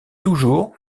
toujours